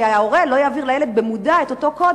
כי ההורה לא יעביר לילד במודע את אותו קוד